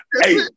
hey